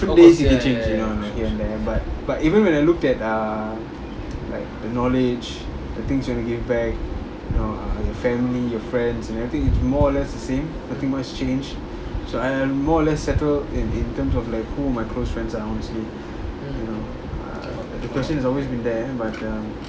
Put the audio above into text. on different days it can change you know like here and there but but even when I looked at err like acknowledge the things you wanna give back your know your family your friends and everything you more or less the same nothing much changed so I I'm more or less settled in in terms of like who my close friends are honestly you know the question has always been there but um